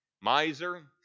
Miser